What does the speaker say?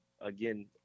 again